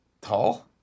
tall